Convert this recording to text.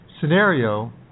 scenario